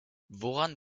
woran